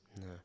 no